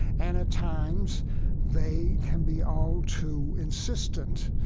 and at times they can be all too insistent,